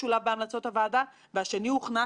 אך לא בטוח שהיא תמשיך להיות רלוונטית בסדרי